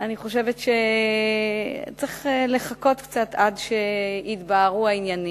אני חושבת שצריך לחכות קצת עד שהעניינים יתבהרו.